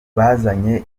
bazanye